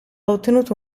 ottenuto